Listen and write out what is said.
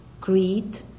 greed